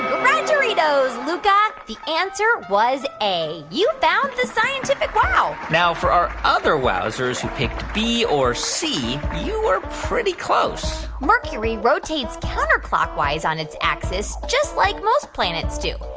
congratu-ritos, luca. the answer was a. you found the scientific wow now, for our other wowzers who picked b or c, you were pretty close mercury rotates counterclockwise on its axis, just like most planets do,